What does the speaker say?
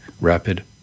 rapid